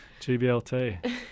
GBLT